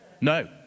No